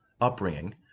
upbringing